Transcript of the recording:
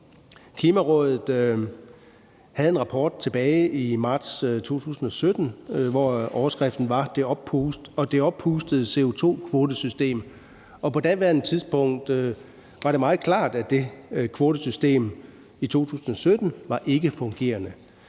Klimarådet udgav en rapport tilbage i marts 2017, hvor overskriften var »Det oppustede CO2-kvotesystem«, og på daværende tidspunkt var det meget klart, at det kvotesystem, der var i 2017, var ikkefungerende.